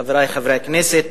חברי חברי הכנסת,